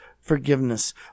forgiveness